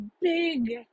big